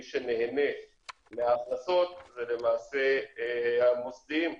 מי שנהנה מההכנסות זה למעשה המוסדיים,